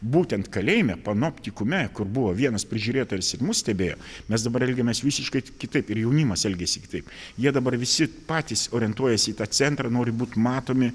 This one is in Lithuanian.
būtent kalėjime panoptikume kur buvo vienas prižiūrėtojas ir mus stebėjo mes dabar elgiamės visiškai kitaip ir jaunimas elgiasi kitaip jie dabar visi patys orientuojasi į tą centrą nori būt matomi